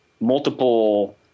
multiple